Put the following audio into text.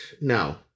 no